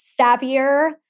savvier